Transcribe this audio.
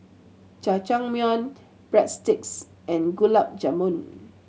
Jajangmyeon Breadsticks and Gulab Jamun